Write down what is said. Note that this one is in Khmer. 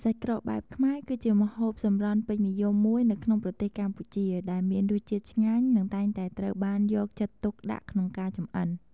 សាច់ក្រកបែបខ្មែរ គឺជាម្ហូបសម្រន់ពេញនិយមមួយនៅក្នុងប្រទេសកម្ពុជា ដែលមានរសជាតិឆ្ងាញ់ និងតែងតែត្រូវបានយកចិត្តទុកដាក់ក្នុងការចម្អិន។